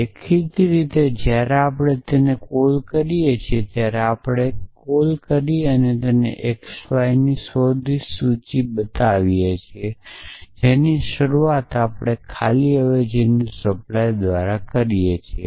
દેખીતી રીતે જ્યારે આપણે તેને કોલ કરીએ ત્યારે xy એ કોઈ સર્ચ લિસ્ટ છે જેની શરૂઆત આપણે ખાલી અવેજી દ્વારા કરીએ છીએ